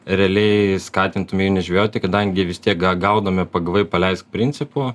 realiai skatintume nežvejoti kadangi vis tiek gaudome pagavai paleisk principu